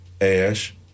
ash